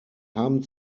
haben